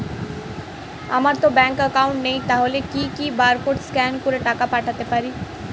আমারতো bank account নেই তাহলে কি কি বারকোড স্ক্যান করে টাকা পাঠাতে পারি?